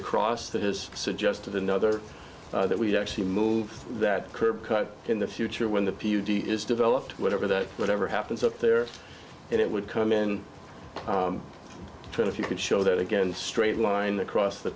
krause that has suggested another that we actually move that curb cut in the future when the p d is developed whatever that whatever happens up there and it would come in to if you could show that again straight line across the